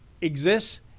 exists